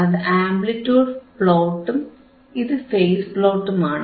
ഇത് ആംപ്ലിറ്റിയൂഡ് പ്ലോട്ടും ഇത് ഫേസ് പ്ലോട്ടുമാണ്